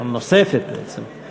הנוספת, בעצם: